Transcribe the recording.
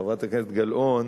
חברת הכנסת גלאון